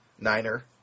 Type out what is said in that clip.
Niner